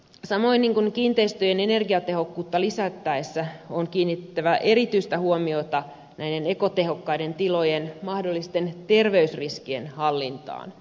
samoin kiinteistöjen energiatehokkuutta lisättäessä on kiinnitettävä erityistä huomiota näiden ekotehokkaiden tilojen mahdollisten terveysriskien hallintaan